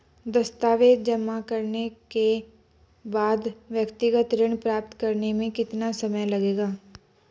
दस्तावेज़ जमा करने के बाद व्यक्तिगत ऋण प्राप्त करने में कितना समय लगेगा?